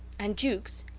and jukes,